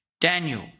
Daniel